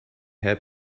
hair